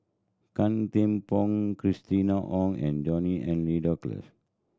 Gan Thiam Poh Christina Ong and John Henry Duclos